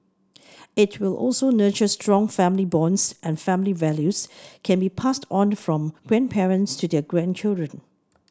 it will also nurture strong family bonds and family values can be passed on from grandparents to their grandchildren